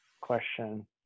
question